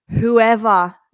whoever